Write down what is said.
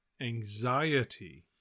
anxiety